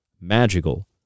Magical